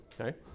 Okay